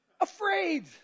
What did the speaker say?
Afraid